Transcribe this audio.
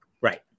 right